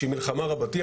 שהיא מלחמה רבתי,